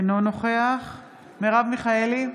אינו נוכח מרב מיכאלי,